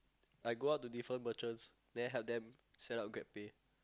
I go out to different merchants then help then set up grabpay